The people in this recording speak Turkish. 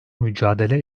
mücadele